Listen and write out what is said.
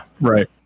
right